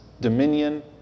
dominion